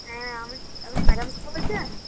হ্যাঁ আমি আপনি ম্যাডাম কথা বলছেন